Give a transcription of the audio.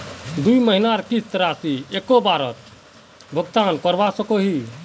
दुई महीनार किस्त राशि एक बारोत भुगतान करवा सकोहो ही?